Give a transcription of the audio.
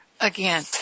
again